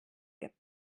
gibt